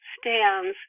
stands